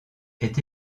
est